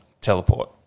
Teleport